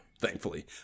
thankfully